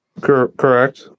correct